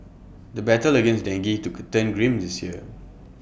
the battle against dengue to could turn grim this year